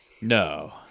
No